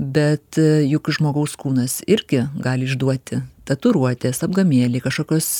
bet juk žmogaus kūnas irgi gali išduoti tatuiruotės apgamėlai kažkokios